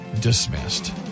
dismissed